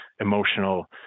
emotional